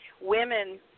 women